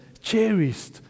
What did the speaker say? cherished